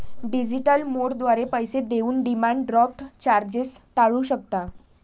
digital मोडद्वारे पैसे देऊन डिमांड ड्राफ्ट चार्जेस टाळू शकता